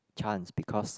chance because